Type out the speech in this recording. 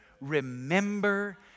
remember